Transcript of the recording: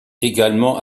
également